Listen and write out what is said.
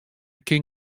kin